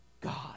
God